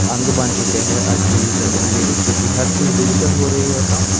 ਅੰਗ ਬਣ ਚੁੱਕਿਆ ਹੈ ਅੱਜ ਦੀ ਜ਼ਿੰਦਗੀ ਦੇ ਵਿੱਚ ਕਿਉਂਕਿ ਹਰ ਚੀਜ਼ ਡਿਜੀਟਲ ਹੋ ਰਹੀ ਹੈ ਤਾਂ